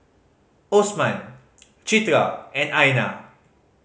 Osman Citra and Aina